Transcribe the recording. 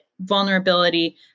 vulnerability